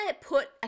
put